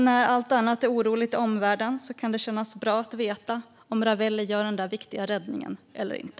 När allt annat är oroligt i omvärlden kan det kännas bra att veta om Ravelli gör den där viktiga räddningen eller inte.